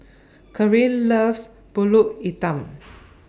Carin loves Pulut Hitam